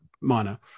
minor